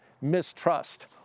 mistrust